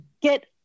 get